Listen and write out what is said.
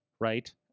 right